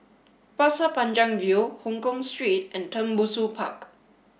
Pasir Panjang View Hongkong Street and Tembusu Park